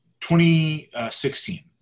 2016